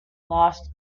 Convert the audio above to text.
lost